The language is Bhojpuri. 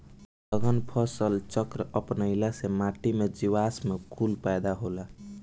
सघन फसल चक्र अपनईला से माटी में जीवांश कुल पैदा होला